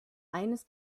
eines